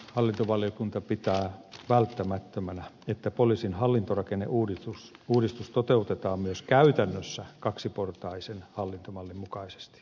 hallintovaliokunta pitää välttämättömänä että poliisin hallintorakenneuudistus toteutetaan myös käytännössä kaksiportaisen hallintomallin mukaisesti